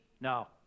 No